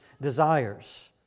desires